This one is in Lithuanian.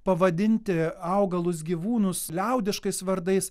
pavadinti augalus gyvūnus liaudiškais vardais